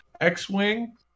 X-Wing